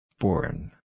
Born